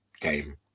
game